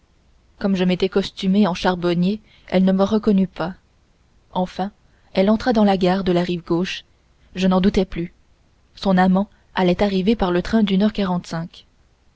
comme je m'étais costumé en charbonnier elle ne me reconnut pas enfin elle entra dans la gare de la rive gauche je ne doutais plus son amant allait arriver par le train d'une heure quarante-cinq